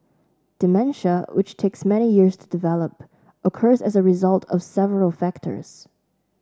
dementia which takes many years to develop occurs as a result of several factors